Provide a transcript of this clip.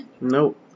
nope